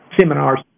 seminars